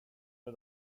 det